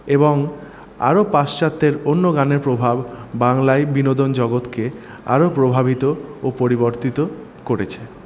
এবং আরো পাশ্চাত্যের অন্য গানের প্রভাব বাংলায় বিনোদন জগতকে আরো প্রভাবিত ও পরিবর্তিত করেছে